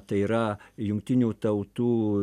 tai yra jungtinių tautų